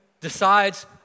decides